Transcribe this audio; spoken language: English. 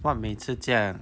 what 每次这样